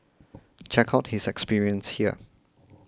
check out his experience here